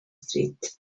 street